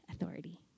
authority